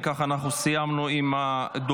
אם כך, אנחנו סיימנו עם הדוברים.